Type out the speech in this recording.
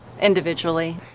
individually